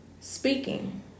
Speaking